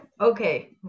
Okay